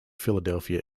philadelphia